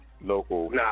local